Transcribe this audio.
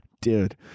Dude